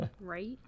Right